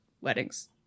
weddings